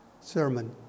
sermon